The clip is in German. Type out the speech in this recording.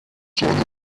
seine